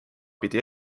pidi